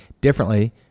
differently